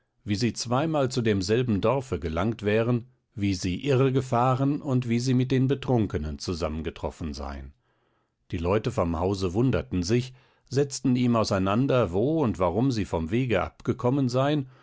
wie sie zweimal zu demselben dorfe gelangt wären wie sie irre gefahren und wie sie mit den betrunkenen zusammengetroffen seien die leute vom hause wunderten sich setzten ihm auseinander wo und warum sie vom wege abgekommen seien